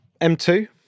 M2